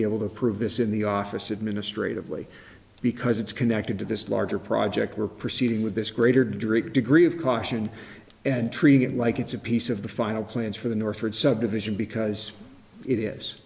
be able to approve this in the office administratively because it's connected to this larger project we're proceeding with this greater direct degree of caution and treat it like it's a piece of the final plans for the northward subdivision because it is